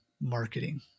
marketing